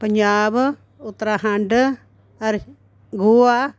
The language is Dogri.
पंजाब उत्तराखण्ड गोआ